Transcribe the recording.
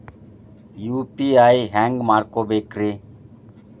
UPI ಹ್ಯಾಂಗ ಮಾಡ್ಕೊಬೇಕ್ರಿ?